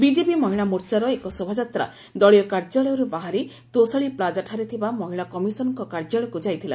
BJP ମହିଳା ମୋର୍ଚାର ଏକ ଶୋଭାଯାତ୍ରା ଦଳୀୟ କାର୍ଯ୍ୟାଳୟରୁ ବାହାରି ତୋଶାଳି ପ୍ଲାକାଠାରେ ଥିବା ମହିଳା କମିଶନଙ୍କ କାର୍ଯ୍ୟାଳୟକୁ ଯାଇଥିଲା